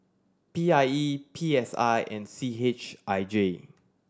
P I E P S I and C H I J